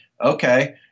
okay